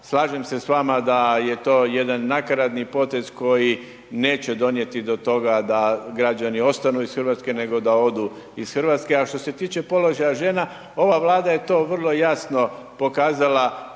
Slažem se s vama da je to jedan nakaradni potez koji neće donijeti do toga da građani ostanu iz RH, nego da odu iz RH. A što se tiče položaja žena, ova Vlada je to vrlo jasno pokazala